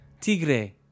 Tigre